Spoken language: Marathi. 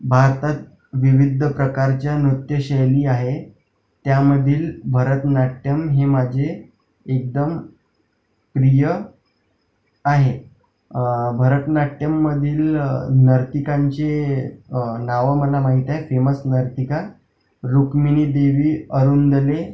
भारतात विविध प्रकारच्या नृत्यशैली आहे त्यामधील भरतनाट्यम हे माझे एकदम प्रिय आहे भरतनाट्यम मधील नर्तिकांचे नावं मला माहीत आहेत फेमस नर्तिका रुक्मिणीदेवी अरुण दमे